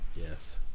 Yes